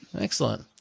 Excellent